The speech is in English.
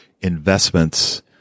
investments